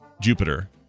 Jupiter